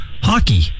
hockey